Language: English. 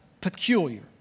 peculiar